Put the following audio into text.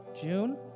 June